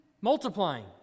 multiplying